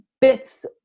bits